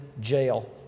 jail